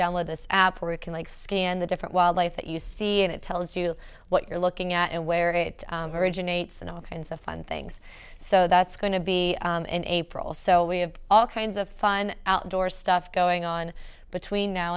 download this app or we can like scan the different wildlife that you see and it tells you what you're looking at and where it originates and all kinds of fun things so that's going to be in april so we have all kinds of fun outdoor stuff going on between now